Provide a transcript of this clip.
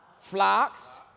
flocks